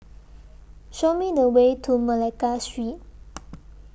Show Me The Way to Malacca Street